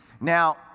Now